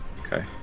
Okay